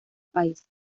país